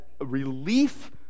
relief